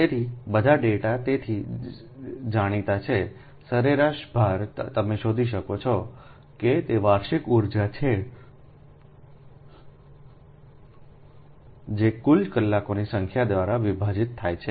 તેથી બધા ડેટા તેથી જ જાણીતા છે સરેરાશ ભાર તમે શોધી શકો છો કે તે વાર્ષિક ઉર્જા છે જે કુલ કલાકોની સંખ્યા દ્વારા વિભાજિત થાય છે